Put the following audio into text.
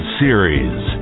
series